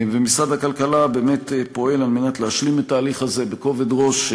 משרד הכלכלה פועל על מנת להשלים את ההליך הזה בכובד ראש.